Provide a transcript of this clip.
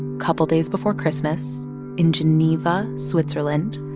couple days before christmas in geneva, switzerland.